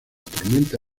tormenta